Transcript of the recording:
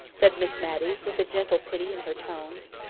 said miss matty, with a gentle pity in her tones.